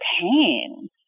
pain